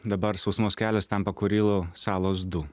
dabar sausumos kelias tampa kurilų salos du